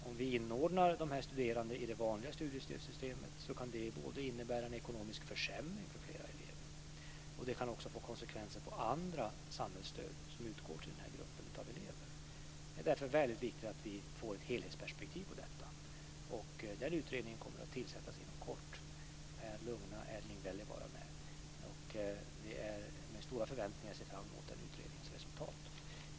Om vi inordnar dessa studerande i det vanliga studiestödssystemet kan det både innebära en ekonomisk försämring för flera elever och få konsekvenser för andra samhällsstöd som utgår till den här gruppen av elever. Det är därför väldigt viktigt att vi får ett helhetsperspektiv på detta. Utredningen kommer att tillsättas inom kort. Det kan jag lugna Erling Wälivaara med. Det är med stora förväntningar jag ser fram emot den utredningens resultat.